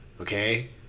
Okay